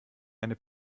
eine